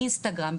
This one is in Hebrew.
באינסטגרם,